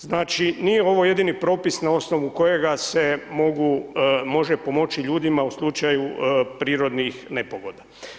Znači nije ovo jedini propis na osnovu kojega se može pomoći ljudima u slučaju prirodnih nepogoda.